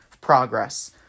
progress